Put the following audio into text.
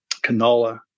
canola